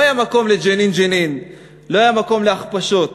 לא היה מקום ל"ג'נין ג'נין", לא היה מקום להכפשות,